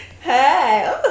hey